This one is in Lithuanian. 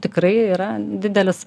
tikrai yra didelis